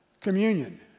communion